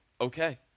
okay